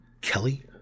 Kelly